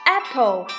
Apple